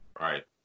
Right